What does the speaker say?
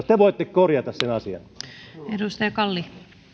te voitte korjata sen asian